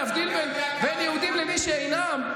להבדיל בין יהודים למי שאינם,